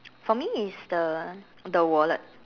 for me is the the wallet